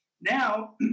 Now